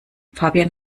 fabian